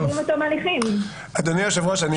כן,